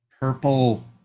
purple